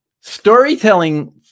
Storytelling